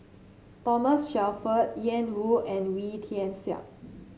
Thomas Shelford Ian Woo and Wee Tian Siak